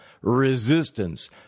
resistance